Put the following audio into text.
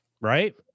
right